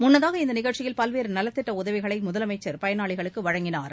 முன்னதாக இந்த நிகழ்ச்சியில் பல்வேறு நலத்திட்ட உதவிகளை முதலமைச்சர் பயனாளிகளுக்கு வழங்கினார்